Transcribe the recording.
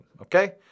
okay